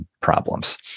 problems